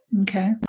Okay